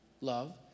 love